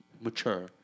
mature